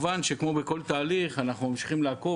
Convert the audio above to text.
כמובן שכמו בכל תהליך אנחנו ממשיכים לעקוב